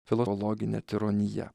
filologinė tironija